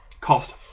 Cost